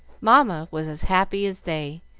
mamma was as happy as they,